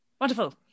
Wonderful